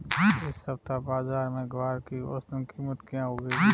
इस सप्ताह बाज़ार में ग्वार की औसतन कीमत क्या रहेगी?